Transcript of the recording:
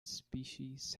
species